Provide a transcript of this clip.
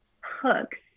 hooks